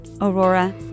Aurora